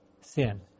sin